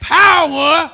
power